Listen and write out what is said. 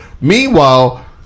Meanwhile